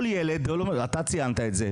אתה ציינת את זה,